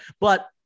But-